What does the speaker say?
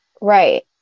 Right